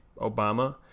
Obama